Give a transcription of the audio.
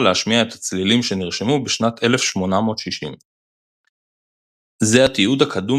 להשמיע את הצלילים שנרשמו בשנת 1860. זה התיעוד הקדום